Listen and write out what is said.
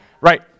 Right